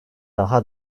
daha